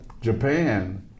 japan